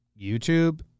YouTube